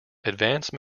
advance